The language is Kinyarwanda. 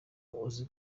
uzi